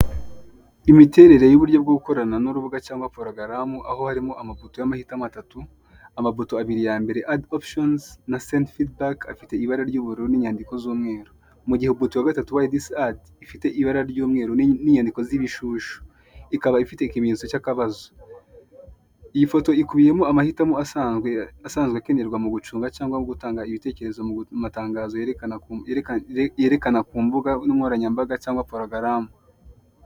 Imiterere y' bwo gukorana n'urubuga cyangwa porogaramu aho harimo amafoto y'amahitamo atatu amafoto abiri ya mbere adftines na ctfltbelark afite ibara ry'ubururu n'inyandiko z'umweru mu gihe wa gatatu wa ids ard ifite ibara ry'umweruyandiko z'ibishushyu ikaba ifitemenyetso cy'akabazo iyifoto ikubiyemo amahitamo asanzwe asanzwe akenerwa mu gucunga cyangwa gutanga ibitekerezo mu matangazo yerekana yerekana ku mbuga nkoranyambaga cyangwa porogaramu.